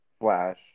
Flash